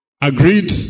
Agreed